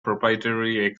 proprietary